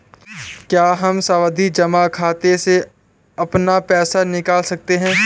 क्या हम सावधि जमा खाते से अपना पैसा निकाल सकते हैं?